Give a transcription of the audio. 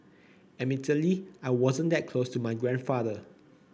admittedly I wasn't that close to my grandfather